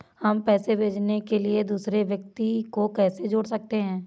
हम पैसे भेजने के लिए दूसरे व्यक्ति को कैसे जोड़ सकते हैं?